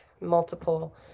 multiple